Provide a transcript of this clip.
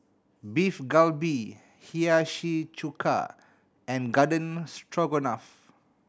Beef Galbi Hiyashi Chuka and Garden Stroganoff